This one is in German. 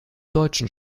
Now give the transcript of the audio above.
deutschen